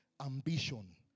ambition